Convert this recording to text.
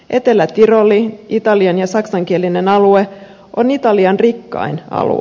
etelä tiroli italian saksankielinen alue on italian rikkain alue